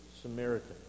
Samaritan